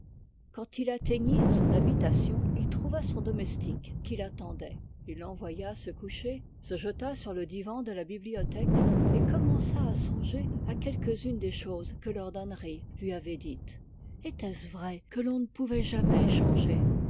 quand il atteignit son habitation il trouva son domestique qui lattendait lenvoya se coucher se jeta sur le divan de la bibliothèque et commença à songer à quelques-unes des choses que lord henry lui avait dites etait-ce vrai que l'on ne pouvait jamais changer